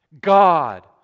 God